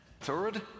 third